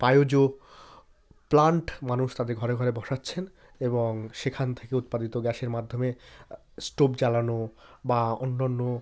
বায়জ plant মানুষ তাদের ঘরে ঘরে বসাচ্ছেন এবং সেখান থেকে উৎপাদিত গ্যাসের মাধ্যমে স্টোভ জ্বালানো বা অন্যান্য